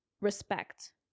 respect